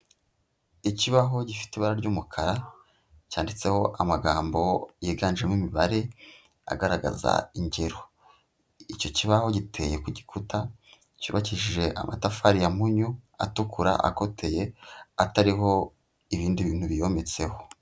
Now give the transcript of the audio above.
Ikibaho gifite ibara ry'umukara cyanditseho amagambo yiganjemo imibare agaragaza ingero, icyo kibaho giteye ku gikuta cyubakishije amatafari ya munnyu atukura akoteye, atariho ibindi bintu biyometseho.